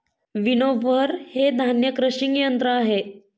winnower हे धान्य crushing यंत्र आहे